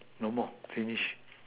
no more finish